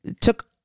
took